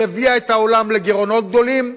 היא הביאה את העולם לגירעונות גדולים.